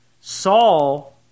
Saul